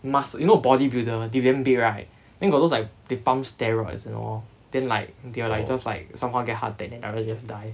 must you know bodybuilder they damn big right then got those like they pump steroids and all then like they are like just like somehow get heart attack then rather just die